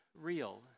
real